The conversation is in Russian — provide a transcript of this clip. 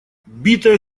битое